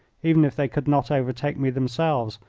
even if they could not overtake me themselves,